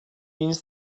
means